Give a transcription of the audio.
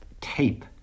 tape